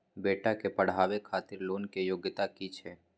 बेटा के पढाबै खातिर लोन के योग्यता कि छै